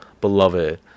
beloved